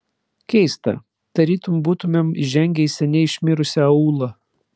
keista tarytum būtumėm įžengę į seniai išmirusį aūlą